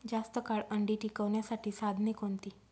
जास्त काळ अंडी टिकवण्यासाठी साधने कोणती?